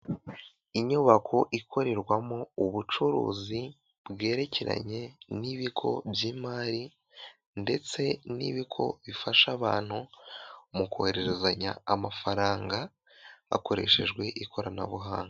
Inyubako ikorerwamo ubucuruzi bwerekeranye n'ibigo by'imari, ndetse n'ibigo bifasha abantu mu kohererezanya amafaranga hakoreshejwe ikoranabuhanga.